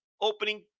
opening